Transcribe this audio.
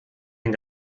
den